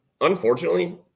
unfortunately